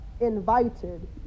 invited